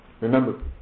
remember